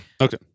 Okay